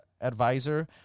advisor